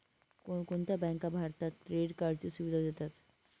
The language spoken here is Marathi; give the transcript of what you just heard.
कोणकोणत्या बँका भारतात क्रेडिट कार्डची सुविधा देतात?